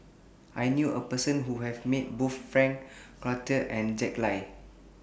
I knew A Person Who has Met Both Frank Cloutier and Jack Lai